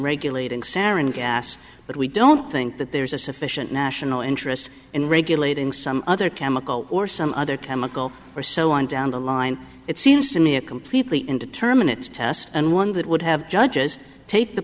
regulating sarin gas but we don't think that there's a sufficient national interest in regulating some other chemical or some other chemical or so on down the line it seems to me a completely indeterminant task and one that would have judges take the